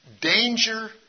danger